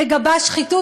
מגבה שחיתות,